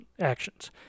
actions